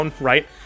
right